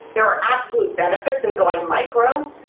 there are absolute benefits in going micro,